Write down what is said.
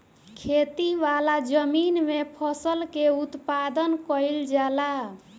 खेती वाला जमीन में फसल के उत्पादन कईल जाला